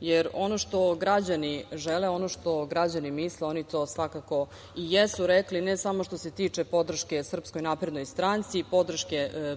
jer ono što građani žele, ono što građani misle, oni to svakako i jesu rekli, ne samo što se tiče podrške SNS,